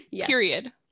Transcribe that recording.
period